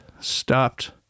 stopped